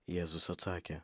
jėzus atsakė